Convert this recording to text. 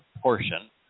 portion